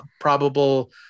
probable